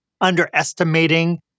underestimating